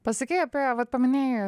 pasakei apie vat paminėjai